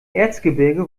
erzgebirge